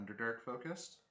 Underdark-focused